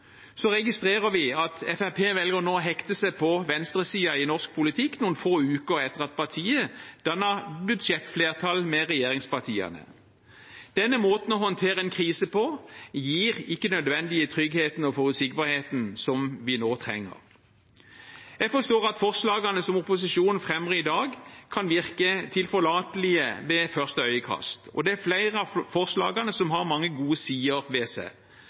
Vi registrerer at Fremskrittspartiet nå velger å hekte seg på venstresiden i norsk politikk, noen få uker etter at partiet dannet budsjettflertall med regjeringspartiene. Denne måten å håndtere en krise på, gir ikke den nødvendige tryggheten og forutsigbarheten som vi nå trenger. Jeg forstår at forslagene som opposisjonen fremmer i dag, kan virke tilforlatelige ved første øyekast. Det er flere av forslagene som har mange gode sider ved seg.